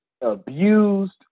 abused